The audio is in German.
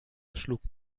schlug